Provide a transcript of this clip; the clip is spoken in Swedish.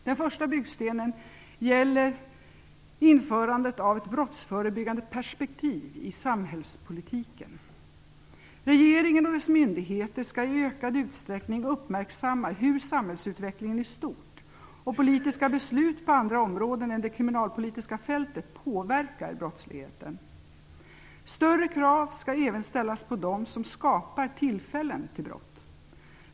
Den första byggstenen gäller införandet av ett brottsförebyggande perspektiv i samhällspolitiken. Regeringen och dess myndigheter skall i ökad utsträckning uppmärksamma hur samhällsutvecklingen i stort och politiska beslut på andra områden än det kriminalpolitiska fältet påverkar brottsligheten. Större krav skall även ställas på dem som skapar tillfällen till brott.